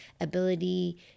ability